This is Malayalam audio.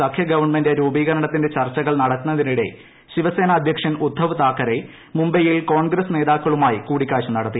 സഖ്യ ഗവൺമെന്റ് രൂപീകരണത്തിന്റെ ചർച്ചകൾ നടക്കുന്നതിനിടെ ശിവസേന അധ്യക്ഷൻ ്ഉദ്ദവ് താക്കറെ മുംബൈയിൽ കോൺഗ്രസ് നേതാക്കളുമായി കൂടിക്കാഴ്ച നടത്തി